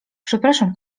przepraszam